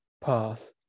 path